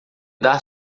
dar